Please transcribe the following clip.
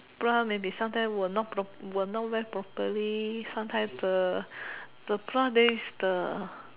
the bra maybe sometime will not prop will not wear properly sometime the the bra there is the